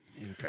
Okay